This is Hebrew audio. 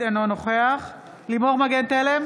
אינו נוכח לימור מגן תלם,